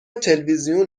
تلویزیون